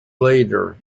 later